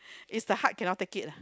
it's the heart cannot take it lah